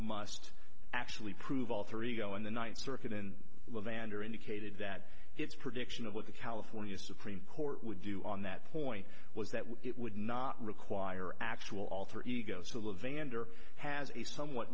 must actually prove all three go in the ninth circuit in vandar indicated that it's prediction of what the california supreme court would do on that point was that it would not require actual alter ego civil vandar has a somewhat